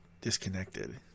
disconnected